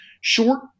short